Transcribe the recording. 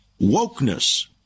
wokeness